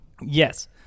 Yes